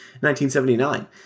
1979